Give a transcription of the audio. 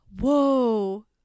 Whoa